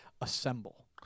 assemble